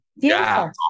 beautiful